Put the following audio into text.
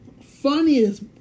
funniest